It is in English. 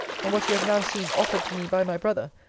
and what you have now seen offered to me by my brother,